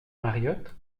mariott